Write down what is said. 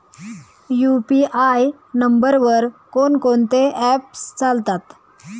UPI नंबरवर कोण कोणते ऍप्स चालतात?